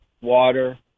water